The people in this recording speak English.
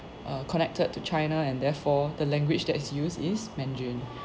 uh connected to china and therefore the language that's used is mandarin